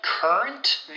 Current